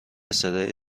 صدای